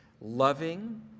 loving